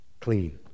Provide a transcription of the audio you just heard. clean